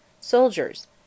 Soldiers